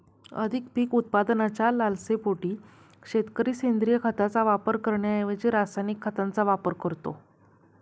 अधिक पीक उत्पादनाच्या लालसेपोटी शेतकरी सेंद्रिय खताचा वापर करण्याऐवजी रासायनिक खतांचा वापर करतो